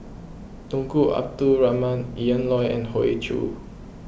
Tunku Abdul Rahman Ian Loy and Hoey Choo